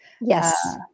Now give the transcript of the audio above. Yes